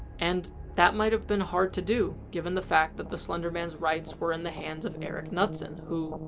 and that might have been hard to do given the fact that the slender man's rights were in the hands of eric knudsen. who,